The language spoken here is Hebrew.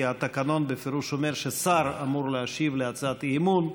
כי התקנון בפירוש אומר ששר אמור להשיב על הצעת אי-אמון,